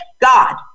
God